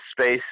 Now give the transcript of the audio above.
space